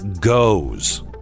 goes